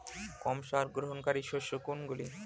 কম সার গ্রহণকারী শস্য কোনগুলি?